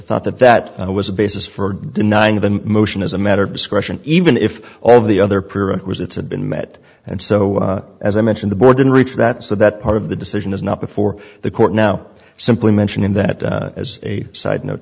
thought that that was a basis for denying the motion is a matter of discretion even if all of the other parent was it had been met and so as i mentioned the board didn't reach that so that part of the decision is not before the court now simply mentioning that as a side note